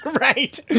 right